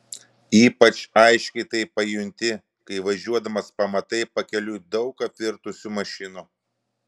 ypač aiškiai tai pajunti kai važiuodamas pamatai pakeliui daug apvirtusių mašinų